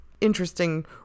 interesting